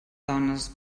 dones